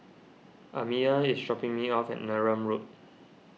Amiya is dropping me off at Neram Road